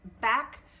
back